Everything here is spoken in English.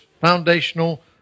foundational